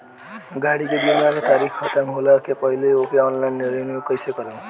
गाड़ी के बीमा के तारीक ख़तम होला के पहिले ओके ऑनलाइन रिन्यू कईसे करेम?